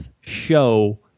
show